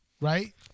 Right